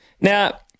Now